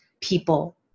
people